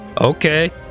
Okay